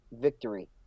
victory